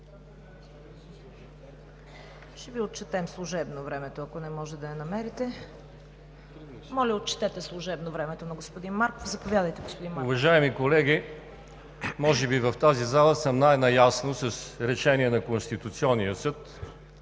Ще Ви отчетем служебно времето, ако не можете да намерите картата. Моля, отчетете служебно времето на господин Марков. Заповядайте, господин Марков. ГЕОРГИ МАРКОВ (ГЕРБ): Уважаеми колеги! Може би в тази зала съм най-наясно с решение на Конституционния съд,